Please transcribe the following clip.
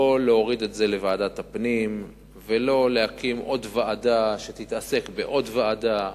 לא להוריד את זה לוועדת הפנים ולא להקים עוד ועדה שתתעסק בעוד ועדה.